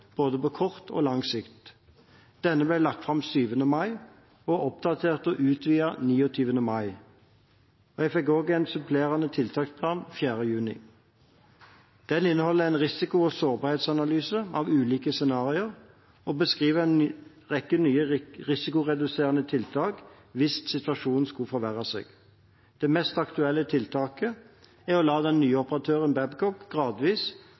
på både kort og lang sikt. Denne ble lagt fram den 7. mai og oppdatert og utvidet den 29. mai. Jeg fikk også en supplerende tiltaksplan den 4. juni. Den inneholder en risiko- og sårbarhetsanalyse av ulike scenarioer og beskriver en rekke nye risikoreduserende tiltak hvis situasjonen skulle forverre seg. Det mest aktuelle tiltaket er å la den nye operatøren, Babcock, gradvis